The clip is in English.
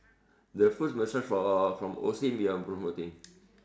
the foot massage for from Osim you are promoting